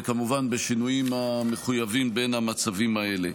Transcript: וכמובן בשינויים המחויבים בין המצבים האלה.